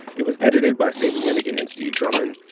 it was edited by sami yenigun and steve drummond.